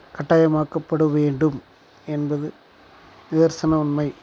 கட்டாயமாக்கப்படவேண்டும் என்பது நிதர்சன உண்மை